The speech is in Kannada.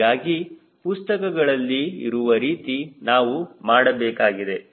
ಹೀಗಾಗಿ ಪುಸ್ತಕಗಳಲ್ಲಿ ಇರುವ ರೀತಿ ನಾವು ಮಾಡಬೇಕಾಗಿದೆ